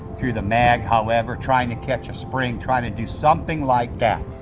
through the mag, how ever, trying to catch a spring, trying to do something like that.